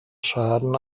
schaden